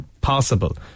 possible